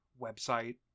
website